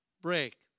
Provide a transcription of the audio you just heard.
break